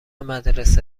مدرسه